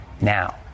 Now